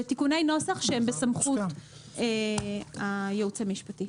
בתיקוני נוסח שהם בסמכות הייעוץ המשפטי.